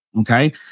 okay